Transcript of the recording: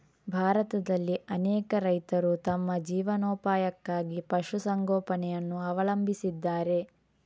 ಭಾರತದಲ್ಲಿ ಅನೇಕ ರೈತರು ತಮ್ಮ ಜೀವನೋಪಾಯಕ್ಕಾಗಿ ಪಶು ಸಂಗೋಪನೆಯನ್ನು ಅವಲಂಬಿಸಿದ್ದಾರೆ